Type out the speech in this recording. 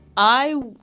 i.